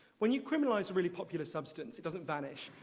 when you criminalize a really popular substance, it doesn't vanish.